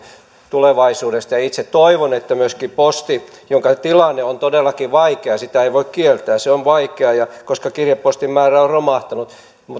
tulevaisuudesta itse toivon että posti jonka tilanne on todellakin vaikea sitä ei voi kieltää se on vaikea koska kirjepostin määrä on romahtanut